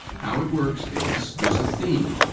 how it works is there's a theme.